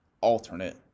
alternate